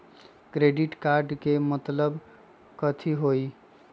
Credit card के मतलब कथी होई?